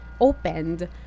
opened